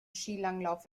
skilanglauf